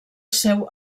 seu